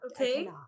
Okay